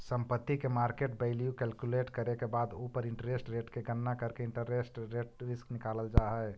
संपत्ति के market value calculate करे के बाद उ पर इंटरेस्ट रेट के गणना करके इंटरेस्ट रेट रिस्क निकालल जा हई